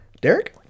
Derek